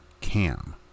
cam